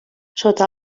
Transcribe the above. sota